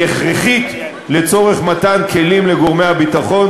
היא הכרחית לצורך מתן כלים לגורמי הביטחון,